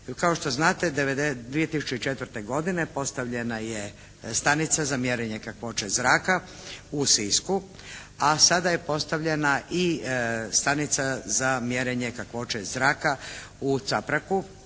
Kao što znate 2004. godine postavljena je stanica za mjerenje kakvoće zraka u Sisku a sada je postavljena i stanica za mjerenje kakvoće zraka u Capragu